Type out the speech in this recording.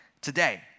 today